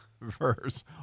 verse